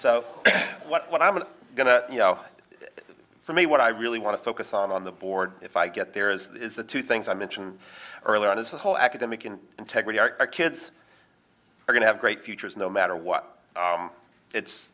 so what i was going to you know for me what i really want to focus on on the board if i get there is the two things i mentioned earlier is the whole academic and integrity are our kids are going to have great futures no matter what it's